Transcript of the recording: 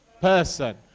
person